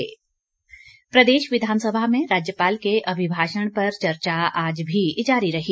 अभिमाषण चर्चा प्रदेश विधानसभा में राज्यपाल के अभिभाषण पर चर्चा आज भी जारी रही